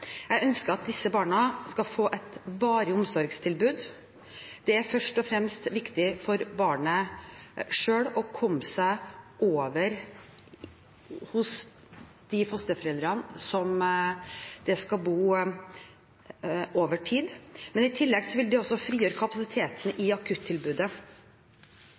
Jeg ønsker at disse barna skal få et varig omsorgstilbud. Det er først og fremst viktig for barnet selv å komme til de fosterforeldrene det skal bo hos over tid, og i tillegg vil det også frigjøre kapasiteten i akuttilbudet.